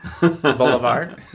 Boulevard